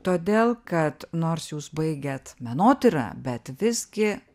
todėl kad nors jūs baigėt menotyrą bet visgi